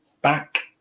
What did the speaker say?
back